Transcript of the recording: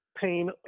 pain